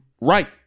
right